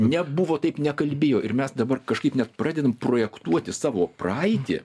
nebuvo taip nekalbėjo ir mes dabar kažkaip net pradedam projektuoti savo praeitį